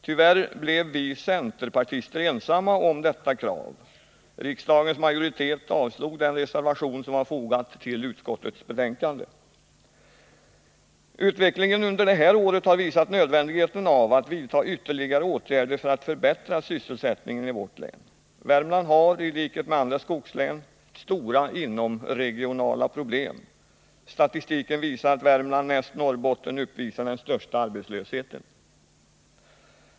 Tyvärr blev vi centerpartister ensamma om detta krav — riksdagens majoritet avslog den reservation som var fogad till utskottets betänkande. Utvecklingen under det här året har visat nödvändigheten av att vidta ytterligare åtgärder för att förbättra sysselsättningen i vårt län. Värmland har, i likhet med andra skogslän, stora inomregionala problem. Statistiken visar att Värmland näst Norrbotten uppvisar den högsta arbetslösheten.